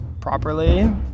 properly